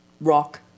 rock